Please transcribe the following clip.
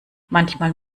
manchmal